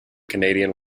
canadian